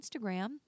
Instagram